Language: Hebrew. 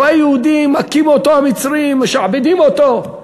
רואה יהודי שמכים אותו המצרים, משעבדים אותו.